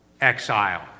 exile